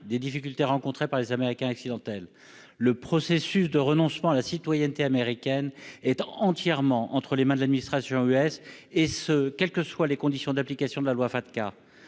des difficultés rencontrées par les Américains accidentels. Le processus de renoncement à la citoyenneté américaine est entièrement entre les mains de l'administration des États-Unis, et ce quelles que soient les conditions d'application de la loi Fatca.